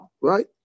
Right